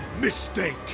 mistake